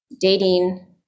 dating